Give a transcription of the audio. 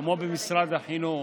כמו במשרד החינוך,